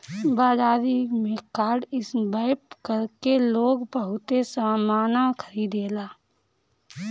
बाजारी में card swipe कर के लोग बहुते सामना खरीदेला